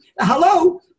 hello